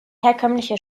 herkömmliche